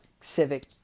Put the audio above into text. civic